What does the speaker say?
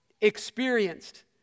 experienced